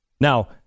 Now